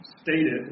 stated